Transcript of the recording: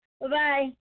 Bye-bye